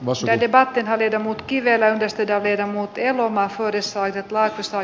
useiden vaatteen hävetä mutkiveräjästä ja viedä muttia maksoi de saint laitos sai